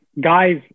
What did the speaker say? guys